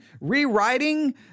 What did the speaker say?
rewriting